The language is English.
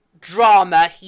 Drama